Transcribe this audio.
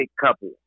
couple